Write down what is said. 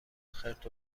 خرت